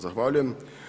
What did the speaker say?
Zahvaljujem.